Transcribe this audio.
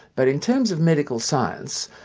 but in terms of medical science,